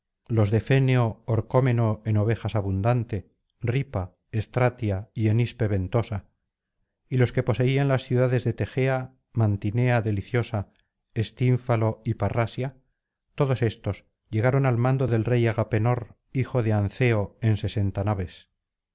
los de féneo orcómeno en ovejas abundante ripa estratia y enispe ventosa y los que poseían las ciudades detegea mantinea deliciosa estinfalo y parrasia todos estos llegaron al mando del rey agapenor hijo de anceo en sesenta naves